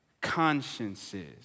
Consciences